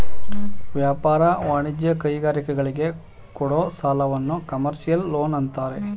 ವ್ಯಾಪಾರ, ವಾಣಿಜ್ಯ, ಕೈಗಾರಿಕೆಗಳಿಗೆ ಕೊಡೋ ಸಾಲವನ್ನು ಕಮರ್ಷಿಯಲ್ ಲೋನ್ ಅಂತಾರೆ